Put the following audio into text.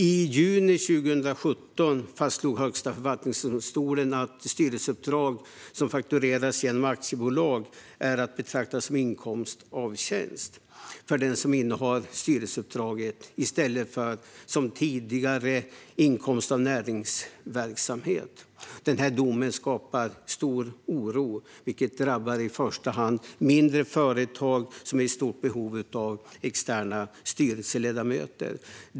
I juni 2017 fastslog Högsta förvaltningsdomstolen att inkomst för styrelseuppdrag som faktureras genom aktiebolag är att betrakta som inkomst av tjänst för den som innehar styrelseuppdraget i stället för, som tidigare, inkomst av näringsverksamhet. Den här domen skapar stor oro, vilket drabbar i första hand mindre företag som är i stort behov av externa styrelseledamöter.